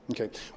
okay